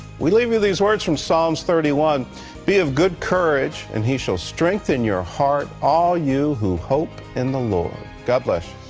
we leave you with these words from psalms thirty one be of good courage, and he shall strengthen your heart, all you who hope in the lord. god bless